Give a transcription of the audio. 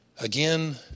Again